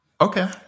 Okay